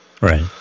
right